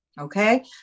Okay